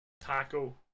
taco